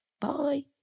Bye